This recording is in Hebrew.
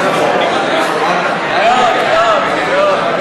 הצעת ועדת הכנסת לבחור את